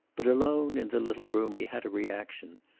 but alone in the little room he had a reaction,